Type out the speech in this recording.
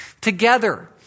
together